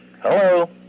Hello